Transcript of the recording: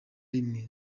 rimwe